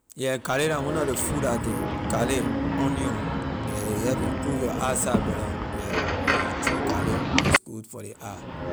Yeah garlic la one of ley food la can garlic onion yeah a help improve your eye sight brother yeah when you chew garlic it’s good for ley eye.